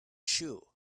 shoe